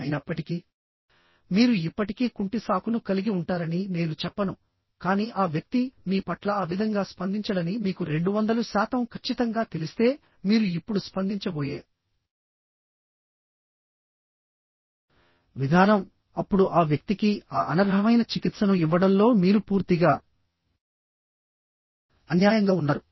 అయినప్పటికీ మీరు ఇప్పటికీ కుంటి సాకును కలిగి ఉంటారని నేను చెప్పను కానీ ఆ వ్యక్తి మీ పట్ల ఆ విధంగా స్పందించడని మీకు 200 శాతం ఖచ్చితంగా తెలిస్తే మీరు ఇప్పుడు స్పందించబోయే విధానం అప్పుడు ఆ వ్యక్తికి ఆ అనర్హమైన చికిత్సను ఇవ్వడంలో మీరు పూర్తిగా అన్యాయంగా ఉన్నారు